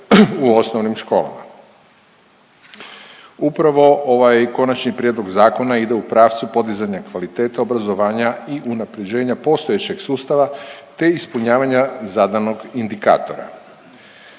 u osnovnim školama. Upravo ovaj Konačni prijedlog zakona ide u pravcu podizanja kvalitete obrazovanja i unaprjeđenja postojećeg sustava, te ispunjavanja zadanog indikatora.